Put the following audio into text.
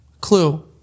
Clue